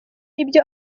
ibyo